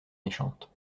méchante